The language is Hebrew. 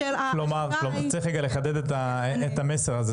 צריך לחדד את המסר הזה.